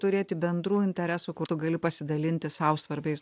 turėti bendrų interesų kur tu gali pasidalinti sau svarbiais